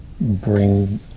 bring